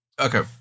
Okay